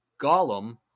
golem